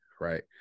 right